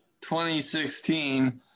2016